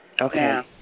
Okay